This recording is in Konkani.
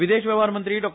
विदेश वेव्हार मंत्री डॉ